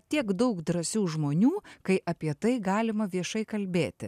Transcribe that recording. tiek daug drąsių žmonių kai apie tai galima viešai kalbėti